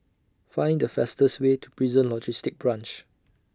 Find The fastest Way to Prison Logistic Branch